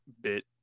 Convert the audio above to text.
bit